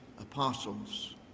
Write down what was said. apostles